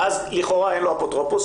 ואז לכאורה אין לו אפוטרופוס.